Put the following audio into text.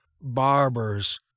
barbers